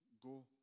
go